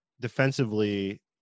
defensively